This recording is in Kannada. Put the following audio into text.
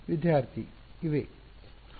ವಿದ್ಯಾರ್ಥಿ ಇವೆ ಉಲ್ಲೇಖ ಸಮಯ 1254